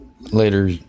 Later